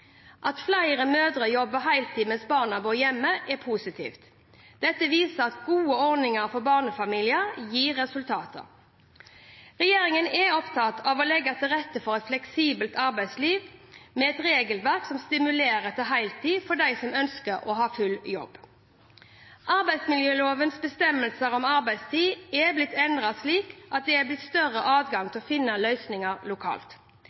At flere mødre jobber heltid mens barna bor hjemme, er positivt. Dette viser at gode ordninger for barnefamilier gir resultater. Regjeringen er opptatt av å legge til rette for et fleksibelt arbeidsliv med et regelverk som stimulerer til heltid for dem som ønsker å ha full jobb. Arbeidsmiljølovens bestemmelser om arbeidstid er blitt endret slik at det har blitt større adgang til å finne løsninger lokalt.